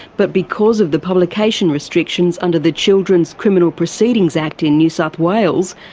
but because of the publication restrictions under the children's criminal proceedings act in new south wales,